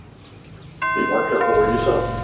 be more careful where you sit.